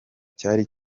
cyari